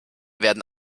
werden